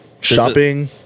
Shopping